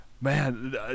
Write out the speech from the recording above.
man